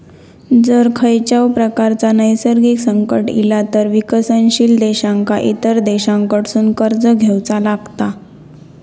जर खंयच्याव प्रकारचा नैसर्गिक संकट इला तर विकसनशील देशांका इतर देशांकडसून कर्ज घेवचा लागता